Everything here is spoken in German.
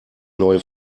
neue